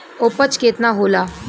उपज केतना होला?